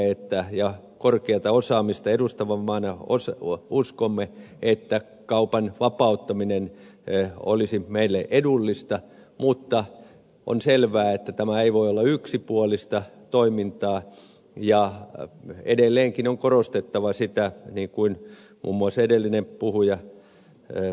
pienenä ja korkeata osaamista edustavana maana uskomme että kaupan vapauttaminen olisi meille edullista mutta on selvää että tämä ei voi olla yksipuolista toimintaa ja edelleenkin on korostettava sitä niin kuin muun muassa edellinen puhuja ed